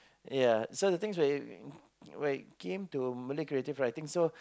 ya so the thing's very when it came to Malay creative writing so